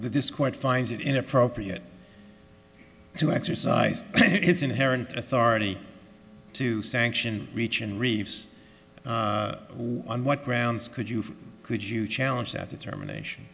this court finds it inappropriate to exercise its inherent authority to sanction reachin reef's on what grounds could you could you challenge that determination